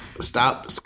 Stop